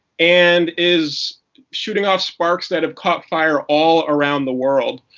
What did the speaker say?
and is shooting off sparks that have caught fire all around the world.